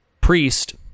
priest